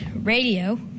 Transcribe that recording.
radio